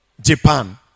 Japan